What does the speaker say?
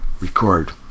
record